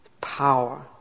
power